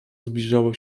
zbliżało